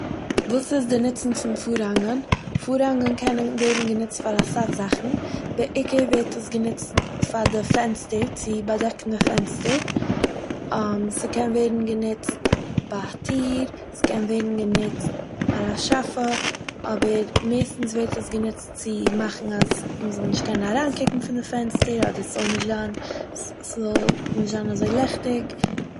וואס איז די נוצן פון פארהאנגען? פארהאנגען קענען ווערן גענוצט פאר אסאך זאכן. די עיקר ווערט עס גענוצט פאר די פענסטער, צו באדעקן די פענסטער. ס'קען ווערן גענוצט ביי א טיר. ס'קען ווערן גענוצט ביי א שאפע, אבער מערסטנס ווערט עס גענוצט צו מאכן אז מ'זאל נישט קענען אריינקוקן פון די פענסטער, אדער ס'זאל נישט זיין- ס'- ס'זאל נישט זיין אזוי לעכטיג...